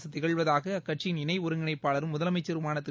அரசு திகழ்வதாக அக்கட்சியின் இணை ஒருங்கிணைப்பாளரும் முதலமைச்ருமான திரு